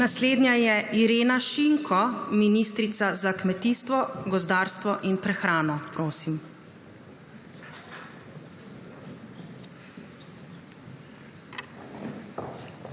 Naslednja je Irena Šinko, ministrica za kmetijstvo, gozdarstvo in prehrano.